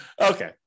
Okay